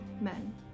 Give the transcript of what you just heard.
men